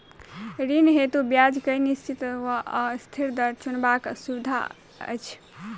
ऋण हेतु ब्याज केँ निश्चित वा अस्थिर दर चुनबाक सुविधा अछि